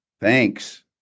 Thanks